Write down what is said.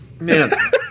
Man